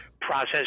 process